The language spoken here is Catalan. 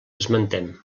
esmentem